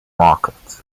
market